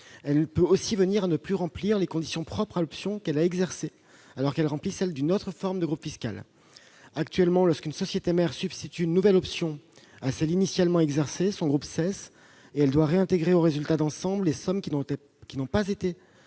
Elle peut aussi ne plus remplir les conditions propres à l'option qu'elle a exercée alors qu'elle remplit celles d'une autre forme de groupe fiscal. Actuellement, lorsqu'une société mère substitue une nouvelle option à celle qui était initialement exercée, son groupe cesse et elle doit réintégrer au résultat d'ensemble les sommes qui n'ont pas été